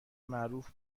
معروف